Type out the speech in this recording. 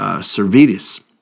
Servetus